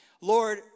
Lord